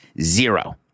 Zero